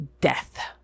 death